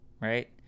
right